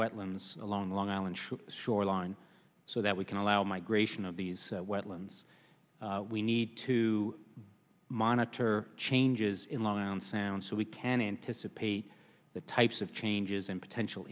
wetlands alone long island shoreline so that we can allow migration of these wetlands we need to monitor changes in long island sound so we can anticipate the types of changes and potential